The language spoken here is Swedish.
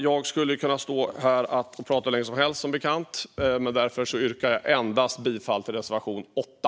Jag skulle som bekant kunna stå här och prata hur länge som helst, men jag yrkar bifall enbart till reservation 8.